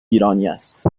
است